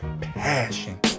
passion